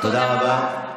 תודה רבה.